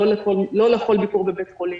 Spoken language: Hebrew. לא לכל טיפול בבית חולים,